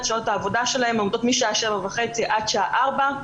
שעות העבודה שלהן הן עובדות משעה שבע וחצי עד שעה ארבע,